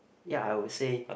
ya I would say